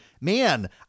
man